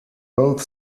both